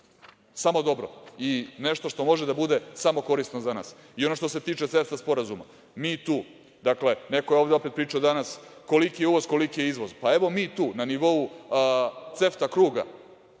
samo dobro i nešto što može da bude samo korisno za nas. Ono što se tiče CEFTA sporazuma, mi tu, dakle, neko je ovde opet pričao danas koliki je uvoz, a koliki je izvoz, pa, evo, mi tu na nivou CEFTA kruga